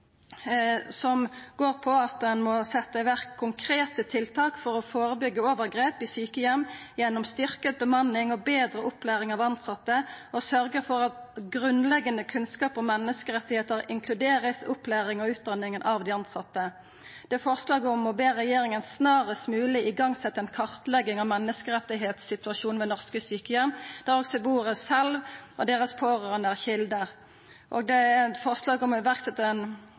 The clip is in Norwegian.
som handlar om at ein må setja i verk konkrete tiltak for å førebyggja overgrep i sjukeheimar gjennom styrkt bemanning og betre opplæring av tilsette, og sørgja for at grunnleggjande kunnskap om menneskerettar vert inkludert i opplæringa og utdanninga av dei tilsette. Det er forslag om å be regjeringa snarast mogleg setja i gang ei kartlegging av menneskerettssituasjonen ved norske sjukeheimar, der òg dei som sjølve bur der og deira pårørande er kjelder. Det er forslag om å setja i verk ein